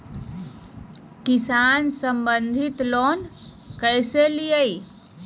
किसान संबंधित लोन कैसै लिये?